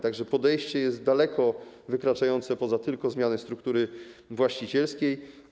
Tak że podejście jest daleko wykraczające poza zmianę struktury właścicielskiej.